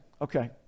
Okay